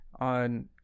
on